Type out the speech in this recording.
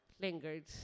lingered